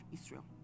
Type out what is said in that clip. Israel